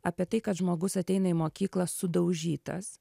apie tai kad žmogus ateina į mokyklą sudaužytas